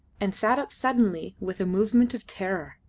and sat up suddenly with a movement of terror.